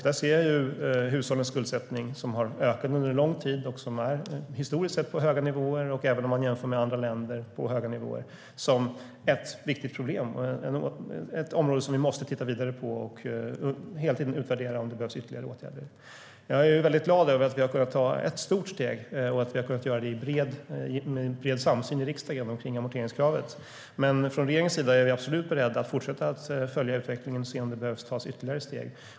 Där ser jag hushållens skuldsättning - som har ökat under lång tid och historiskt sett är på höga nivåer, även om man jämför med andra länder - som ett viktigt problem. Det är ett område vi måste titta vidare på för att hela tiden utvärdera om det behövs ytterligare åtgärder. Jag är väldigt glad över att vi har kunnat ta ett stort steg vad gäller amorteringskravet med bred samsyn i riksdagen. Men från regeringens sida är vi absolut beredda att fortsätta att följa utvecklingen och se om det behöver tas ytterligare steg.